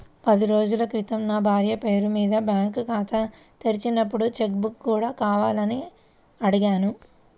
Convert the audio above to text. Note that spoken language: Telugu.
పది రోజుల క్రితం నా భార్య పేరు మీద బ్యాంకు ఖాతా తెరిచినప్పుడు చెక్ బుక్ కూడా కావాలని అడిగాను